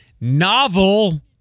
novel